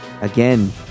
again